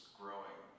growing